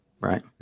right